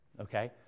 okay